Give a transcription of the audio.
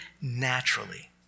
naturally